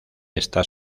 está